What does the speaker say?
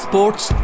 Sports